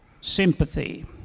sympathy